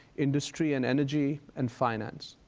industry, and energy, and finance.